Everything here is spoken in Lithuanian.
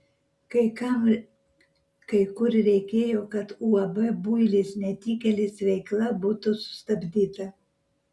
kai kam kai kur reikėjo kad uab builis netikėlis veikla būtų sustabdyta